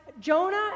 Jonah